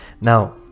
Now